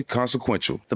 consequential